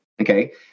Okay